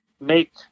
make